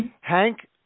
Hank